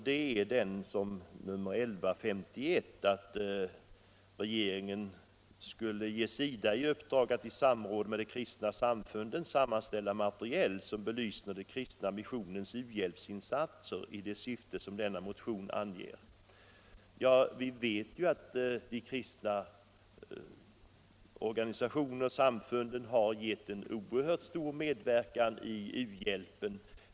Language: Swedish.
Det är motionen 1151, vari hemställs att riksdagen ”hos regeringen kräver att SIDA ges i uppdrag att i samråd med de kristna samfunden sammanställa material som belyser den kristna missionens u-hjälpsinsatser i det syfte som denna motion anger”. Vi vet ju att de kristna organisationerna och samfunden har lämnat en oerhört stor medverkan i u-hjälpen.